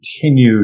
continue